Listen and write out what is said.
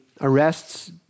arrests